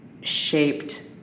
shaped